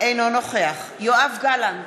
אינו נוכח יואב גלנט,